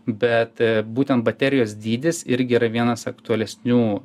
bet būtent baterijos dydis irgi yra vienas aktualesnių